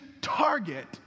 target